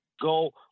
go